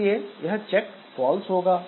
इसलिए यह check false होगा